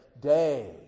day